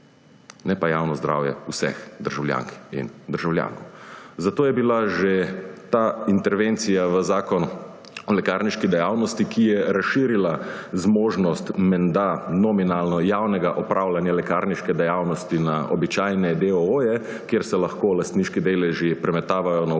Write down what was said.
Ne pa javnega zdravja vseh državljank in državljanov. Zato je bila že ta intervencija v Zakon o lekarniški dejavnosti, ki je razširila zmožnost, menda, nominalno javnega opravljanja lekarniške dejavnosti na običajne deooje, kjer se lahko lastniški deleži premetavajo